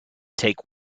take